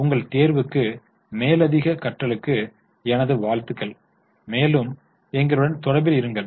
எனவே உங்கள் தேர்வுக்கு மேலதிக கற்றலுக்கும் எனது வாழ்த்துக்கள் மேலும் எங்களுடன் தொடர்பில் இருங்கள்